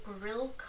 grill